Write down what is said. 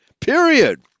Period